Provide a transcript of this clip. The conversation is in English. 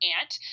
aunt